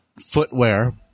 footwear